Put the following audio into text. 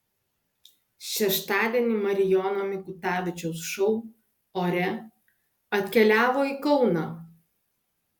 šeštadienį marijono mikutavičiaus šou ore atkeliavo į kauną